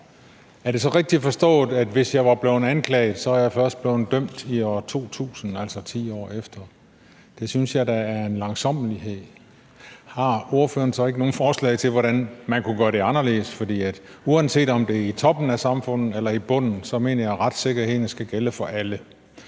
Er det så rigtigt forstået, at hvis jeg var blevet anklaget, var jeg først blevet dømt i år 2000, altså 10 år efter? Det synes jeg da er en langsommelighed. Har ordføreren så ikke nogen forslag til, hvordan man kunne gøre det anderledes? For uanset om det er i toppen af samfundet eller i bunden, mener jeg, at retssikkerheden skal gælde for alle.